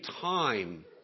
time